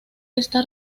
esta